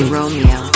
Romeo